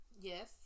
Yes